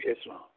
Islam